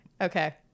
Okay